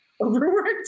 overworked